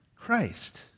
Christ